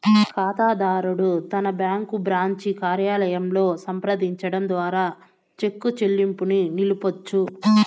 కాతాదారుడు తన bank branch కార్యాలయంలో సంప్రదించడం ద్వారా చెక్కు చెల్లింపుని నిలపొచ్చు